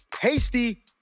Hasty